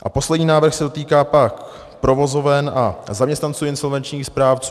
A poslední návrh se dotýká provozoven a zaměstnanců insolvenčních správců.